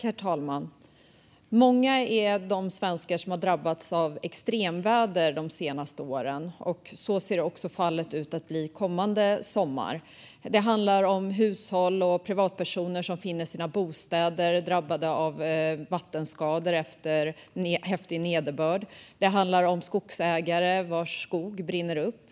Herr talman! Många är de svenskar som har drabbats av extremväder de senaste åren, och så ser också ut att bli fallet kommande sommar. Det handlar om hushåll och privatpersoner som får sina bostäder vattenskadade efter häftig nederbörd. Det handlar om skogsägare vars skog brinner upp.